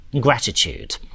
gratitude